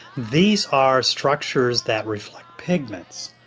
these are structures that reflect pigments.